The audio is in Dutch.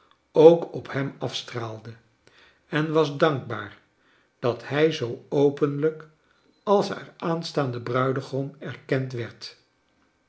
ook op hem afstraalde en was dankbaar dat hij zoo openlijk als haar aanstaanden bruidegom erkend werd